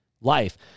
life